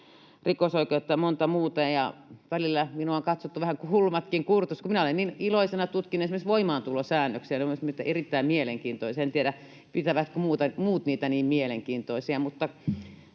rikosoikeutta, monta muuta. Välillä minua on katsottu vähän kulmatkin kurtussa, kun minä olen niin iloisena tutkinut esimerkiksi voimaantulosäännöksiä. Ne ovat minusta erittäin mielenkiintoisia. En tiedä, pitävätkö muut niitä niin mielenkiintoisina.